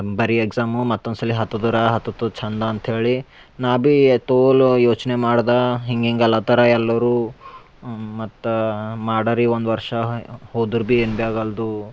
ಬರಿ ಎಕ್ಸಾಮು ಮತ್ತೊಂದ್ಸಲಿ ಹತ್ತುದರ ಹತ್ತುತ್ತ ಚಂದ ಅಂತ್ಹೇಳಿ ನಾ ಬೀ ತೋಲ್ ಯೋಚನೆ ಮಾಡ್ದ ಹಿಂಗಿಂಗ ಅಲ್ಲತರ ಎಲ್ಲರೂ ಮತ್ತು ಮಾಡರಿ ಒಂದು ವರ್ಷ ಹೋದರ ಬಿ ಏನ್ಬಿ ಆಗಲ್ದೂ